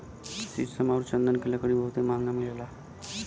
शीशम आउर चन्दन के लकड़ी बहुते महंगा मिलेला